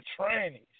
trannies